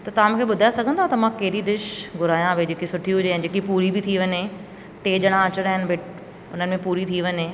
त तव्हां मूंखे ॿुधाए सघंदव त मां कहिड़ी डिश घुरायां भाई जेकी सुठी हुजे ऐं जेकी पूरी बि थी वञे टे ॼणा अचिणा आहिनि भई उन्हनि में पूरी थी वञे